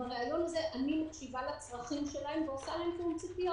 בריאיון הזה אני מקשיבה לצרכים שלהם ועושה להם תיאום ציפיות.